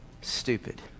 stupid